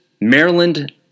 Maryland